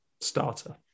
Starter